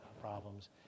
problems